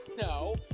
No